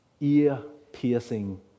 Ear-piercing